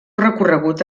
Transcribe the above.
recorregut